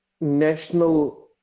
national